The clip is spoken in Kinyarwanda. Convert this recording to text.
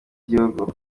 igihugu